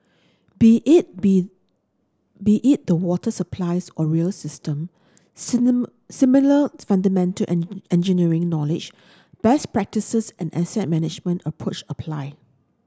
be it be be it the water systems or rail system similar similar fundamental engineering knowledge best practices and asset management approach apply